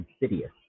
insidious